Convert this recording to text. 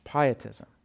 Pietism